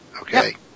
okay